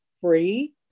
free